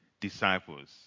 disciples